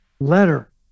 letter